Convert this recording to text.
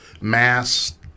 mass